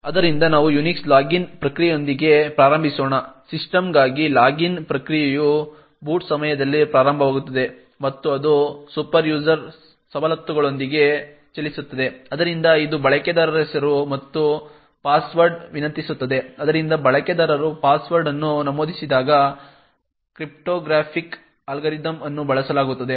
ಆದ್ದರಿಂದ ನಾವು Unix login ಪ್ರಕ್ರಿಯೆಯೊಂದಿಗೆ ಪ್ರಾರಂಭಿಸೋಣ ಸಿಸ್ಟಮ್ಗಾಗಿ ಲಾಗಿನ್ ಪ್ರಕ್ರಿಯೆಯು ಬೂಟ್ ಸಮಯದಲ್ಲಿ ಪ್ರಾರಂಭವಾಗುತ್ತದೆ ಮತ್ತು ಅದು ಸೂಪರ್ಯೂಸರ್ ಸವಲತ್ತುಗಳೊಂದಿಗೆ ಚಲಿಸುತ್ತದೆ ಆದ್ದರಿಂದ ಇದು ಬಳಕೆದಾರಹೆಸರು ಮತ್ತು ಪಾಸ್ವರ್ಡ್ಗಾಗಿ ವಿನಂತಿಸುತ್ತದೆ ಆದ್ದರಿಂದ ಬಳಕೆದಾರರು ಪಾಸ್ವರ್ಡ್ ಅನ್ನು ನಮೂದಿಸಿದಾಗ ಕ್ರಿಪ್ಟೋಗ್ರಾಫಿಕ್ ಅಲ್ಗಾರಿದಮ್ ಅನ್ನು ಬಳಸಲಾಗುತ್ತದೆ